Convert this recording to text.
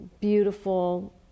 beautiful